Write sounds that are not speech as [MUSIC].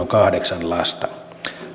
[UNINTELLIGIBLE] kahdeksan lasta